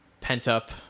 pent-up